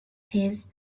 his